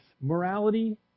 morality